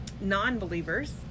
non-believers